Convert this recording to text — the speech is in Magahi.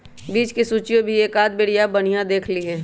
बीज के सूचियो भी एकाद बेरिया बनिहा से देख लीहे